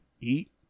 eat